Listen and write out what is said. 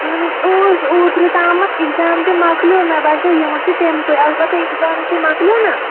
اَہَن حظ اوس اوترٕ تام ایٚکزام تہِ مۅکلیٛو مےٚ باسیٚو یہِ ما چھِ تَمکُے البتہٕ ایٚکزام تہِ مۅکلیٛو نا